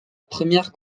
première